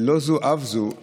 לא זו אף זו,